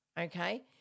Okay